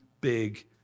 big